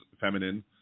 feminine